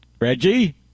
Reggie